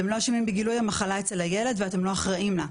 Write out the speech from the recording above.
אתם לא אשמים בגילוי המחלה אצל הילד ואתם לא אחראים לה.